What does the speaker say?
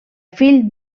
fill